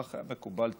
כך היה מקובל תמיד,